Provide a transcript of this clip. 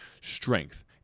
strength